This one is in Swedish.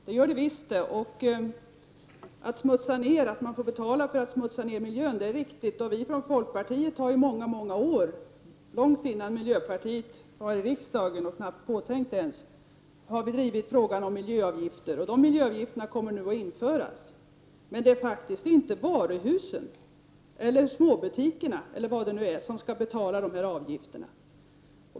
Herr talman! Det gör det visst. Att man får betala när man smutsar ner miljön är riktigt. Vi i folkpartiet har i många, många år — långt innan miljöpartiet hade kommit in i riksdagen, och knappt var påtänkt ens — drivit frågan om miljöavgifter. De miljöavgifterna kommer nu att införas. Det är dock inte varuhus, småbutiker o.d. som skall betala dessa avgifter.